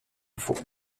infos